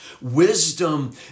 Wisdom